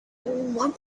what